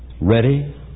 ready